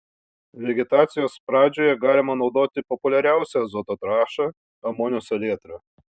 vegetacijos pradžioje galima naudoti populiariausią azoto trąšą amonio salietrą